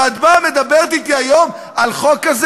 ואת באה, מדברת אתי היום על החוק הזה.